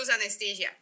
anesthesia